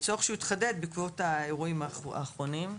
תוך שהוא התחדד בעקבות האירועים האחרונים.